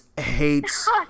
hates